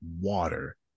water